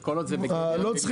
כל עוד זה במסגרת הנושא.